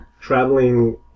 Traveling